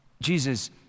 Jesus